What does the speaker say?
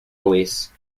police